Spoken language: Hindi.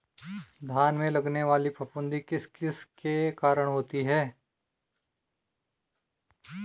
धान में लगने वाली फफूंदी किस किस के कारण होती है?